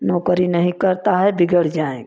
नौकरी नहीं करता है बिगड़ जाएंगी